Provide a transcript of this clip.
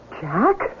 Jack